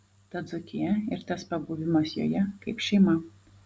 ta dzūkija ir tas pabuvimas joje kaip šeima